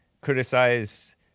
criticize